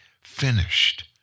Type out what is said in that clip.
finished